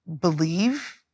believe